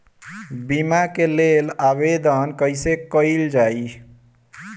बीमा के लेल आवेदन कैसे कयील जाइ?